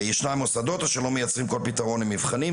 ישנם מוסדות שלא מייצרים כל פתרון למבחנים,